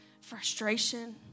frustration